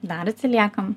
dar atsiliekam